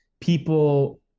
people